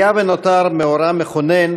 היה ונותר מאורע מכונן,